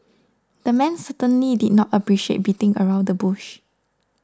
the man certainly did not appreciate beating around the bush